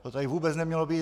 To tady vůbec nemělo být.